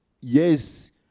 yes